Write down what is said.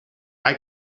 eye